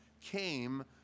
came